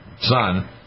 son